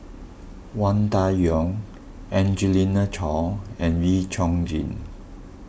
Wang Dayuan Angelina Choy and Wee Chong Jin